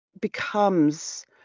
becomes